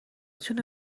تونه